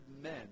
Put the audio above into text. men